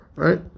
Right